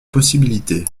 possibilités